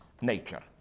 nature